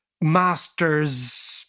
master's